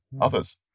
others